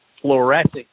fluorescent